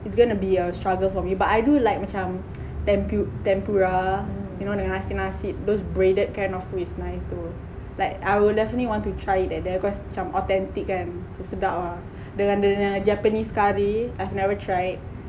it's gonna be a struggle for me but I do like macam tempu~ tempura you know dengan nasi nasi those breaded kind of food is nice !duh! like I would defenitely want to try it like that because macam authentic kan macam sedap ah dengan dia punya japanese curry I've never try it